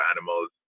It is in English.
animals